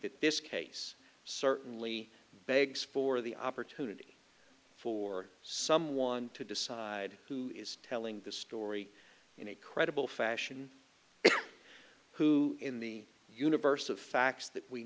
that this case certainly begs for the opportunity for someone to decide who is telling the story in a credible fashion who in the universe of facts that we